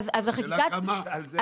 השאלה כמה מחסומים יהיו בדרך.